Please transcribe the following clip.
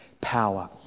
power